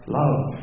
love